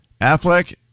Affleck